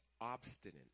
obstinate